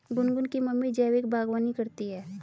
गुनगुन की मम्मी जैविक बागवानी करती है